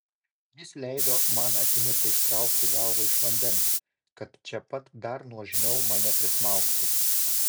jis leido man akimirką ištraukti galvą iš vandens kad čia pat dar nuožmiau mane prismaugtų